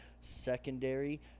secondary